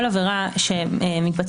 כל עבירה שמתבצעת,